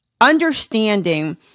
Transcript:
understanding